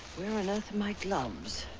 where on earth are my gloves?